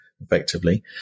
effectively